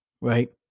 right